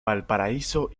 valparaíso